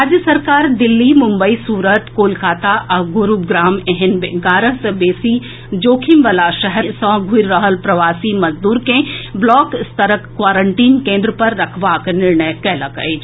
राज्य सरकार दिल्ली मुम्बई सूरत कोलकाता आ गुरूग्राम एहेन एगारह सँ बेसी जोखिम वला शहर सँ घूरि रहल प्रवासी मजदूर के ब्लॉक स्तरक क्वारंटीन केंद्र पर रखबाक निर्णय कएलक अछि